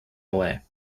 away